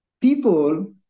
people